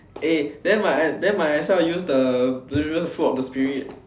eh then might then might as well use the the spirit